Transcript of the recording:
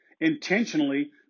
intentionally